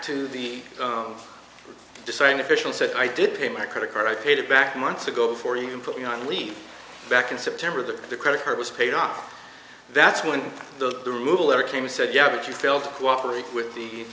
to the deciding official said i did pay my credit card i paid it back months ago before you put me on leave back in september that the credit card was paid off that's when the removal ever came and said yeah if you fail to cooperate with the